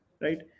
right